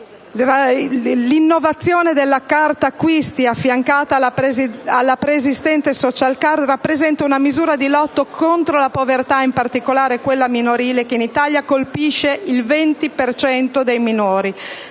L'innovazione della carta acquisti, affiancata alla preesistente *social card*, rappresenta una misura di lotta contro la povertà, in particolare quella minorile che in Italia colpisce il 20 per cento